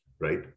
right